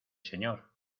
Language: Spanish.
señor